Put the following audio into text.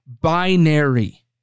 binary